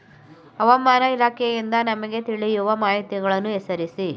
ಹವಾಮಾನ ಇಲಾಖೆಯಿಂದ ನಮಗೆ ತಿಳಿಯುವ ಮಾಹಿತಿಗಳನ್ನು ಹೆಸರಿಸಿ?